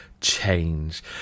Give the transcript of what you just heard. Change